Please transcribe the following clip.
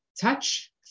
touch